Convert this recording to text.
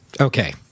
Okay